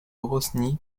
rosny